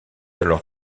alors